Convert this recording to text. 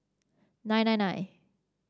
nine nine nine